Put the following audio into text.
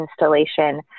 installation